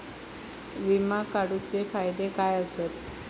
विमा काढूचे फायदे काय आसत?